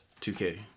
2K